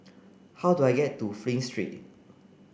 how do I get to Flint Street